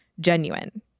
genuine